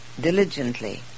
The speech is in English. diligently